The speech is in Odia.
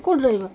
କେଉଁଠି ରହିବ